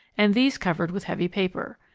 and these covered with heavy paper.